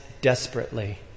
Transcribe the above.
desperately